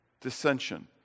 dissension